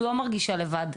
לא מרגישה לבד.